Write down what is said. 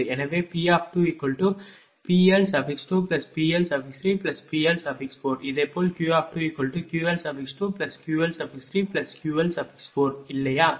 எனவே P2PL2PL3PL4 இதேபோல் Q2QL2QL3QL4 இல்லையா